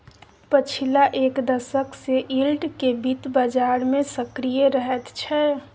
पछिला एक दशक सँ यील्ड केँ बित्त बजार मे सक्रिय रहैत छै